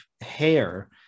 hair